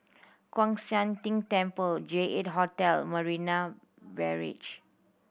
Kwan Siang Tng Temple J Eight Hotel Marina Barrage